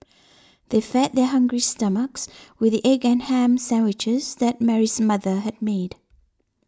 they fed their hungry stomachs with the egg and ham sandwiches that Mary's mother had made